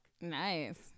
Nice